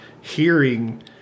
hearing